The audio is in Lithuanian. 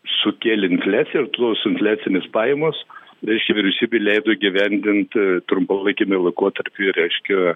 sukėlė infliaciją ir tos infliacinės pajamos reiškia vyriausybei leido įgyvendint trumpalaikiame laikotarpy reiškia